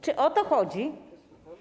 Czy o to chodzi?